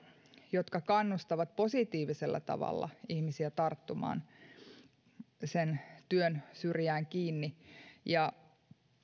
jotka kannustavat positiivisella tavalla ihmisiä tarttumaan työn syrjään kiinni